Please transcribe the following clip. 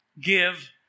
give